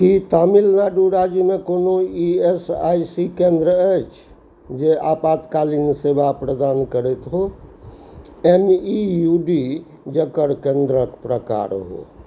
की तमिलनाडु राज्यमे कोनो E S I C केंद्र अछि जे आपातकालीन सेवा प्रदान करैत होए एम ई यू डी जकर केंद्रक प्रकार होए